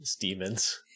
demons